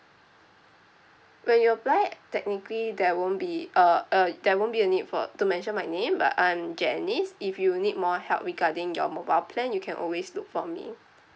when you apply technically there won't be a uh there won't be a need for to mention my name but I'm janice if you need more help regarding your mobile plan you can always look for me